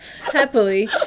Happily